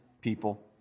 people